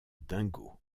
dingo